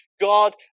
God